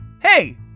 Hey